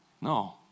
No